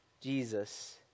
Jesus